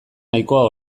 nahikoa